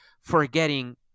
forgetting